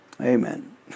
Amen